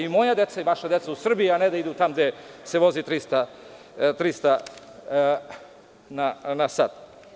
I moja deca i vaša deca u Srbiji, a ne da idu tamo gde se vozi 300 na sat.